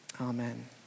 Amen